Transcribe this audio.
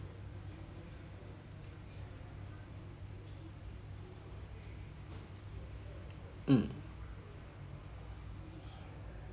mm